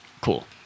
Cool